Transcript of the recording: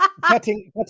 cutting